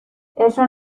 eso